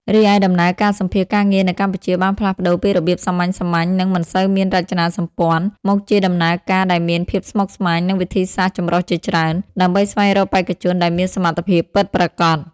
រីឯដំណើរការសម្ភាសន៍ការងារនៅកម្ពុជាបានផ្លាស់ប្ដូរពីរបៀបសាមញ្ញៗ និងមិនសូវមានរចនាសម្ព័ន្ធ មកជាដំណើរការដែលមានភាពស្មុគស្មាញ និងវិធីសាស្រ្តចម្រុះជាច្រើន ដើម្បីស្វែងរកបេក្ខជនដែលមានសមត្ថភាពពិតប្រាកដ។